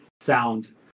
sound